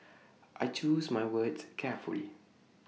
I choose my words carefully